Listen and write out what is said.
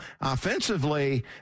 offensively